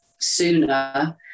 sooner